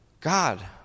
God